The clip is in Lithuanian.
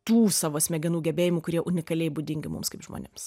tų savo smegenų gebėjimų kurie unikaliai būdingi mums kaip žmonėms